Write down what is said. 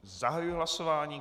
Zahajuji hlasování.